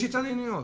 יש התעניינויות.